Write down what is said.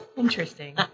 interesting